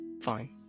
Fine